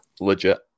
legit